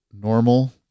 normal